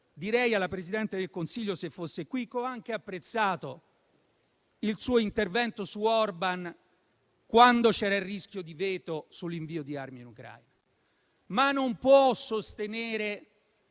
direi alla Presidente del Consiglio - se fosse qui - che ho anche apprezzato il suo intervento su Orbán quando c'era il rischio di veto sull'invio di armi in Ucraina. Ma non può sostenere